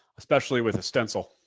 especially with a stencil.